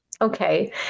Okay